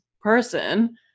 person